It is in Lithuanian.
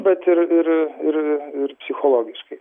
bet ir ir ir ir psichologiškai